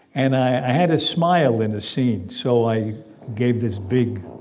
and i had a smile in the scene. so i gave this big,